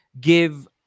give